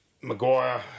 Maguire